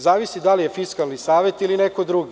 Zavisi da li je Fiskalni savet ili neko drugi.